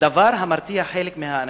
דבר המרתיע חלק מאנשים.